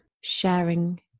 sharing